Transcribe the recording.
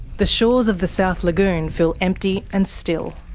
the shores of the south lagoon feel empty and still.